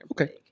okay